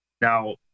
Now